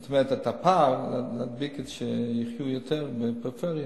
זאת אומרת, את הפער נדביק, שיחיו יותר בפריפריה.